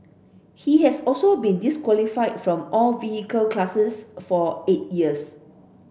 he has also been disqualified from all vehicle classes for eight years